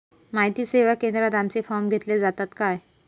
माहिती सेवा केंद्रात आमचे फॉर्म घेतले जातात काय?